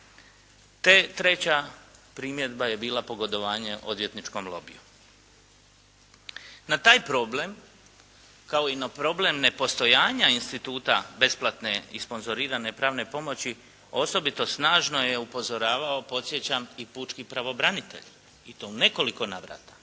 Te treća primjedba je bila pogodovanje odvjetničkom lobiju. Na taj problem kao i na problem nepostojanja instituta besplatne i sponzorirane pravne pomoći osobito snažno je upozoravao podsjećam i pučki pravobranitelj i to u nekoliko navrata.